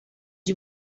you